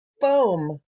Foam